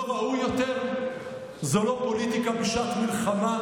פיצוי ראוי לאנשי עוטף ישראל בגבול הצפון,